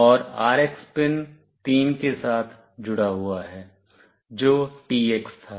और RX pin 3 के साथ जुड़ा हुआ है जो TX था